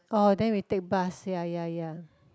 orh then we take bus ya ya ya